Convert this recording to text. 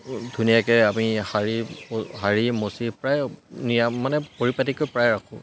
ধুনীয়াকৈ আমি সাৰি সাৰি মচি প্ৰায় নিৰাম মানে পৰিপাটিকৈ প্ৰায় ৰাখোঁ